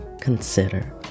consider